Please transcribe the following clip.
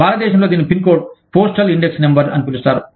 భారతదేశంలో దీనిని pin code postal index నంబర్అని పిలుస్తారు